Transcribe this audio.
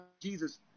Jesus